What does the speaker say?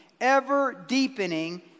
ever-deepening